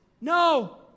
No